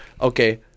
okay